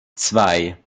zwei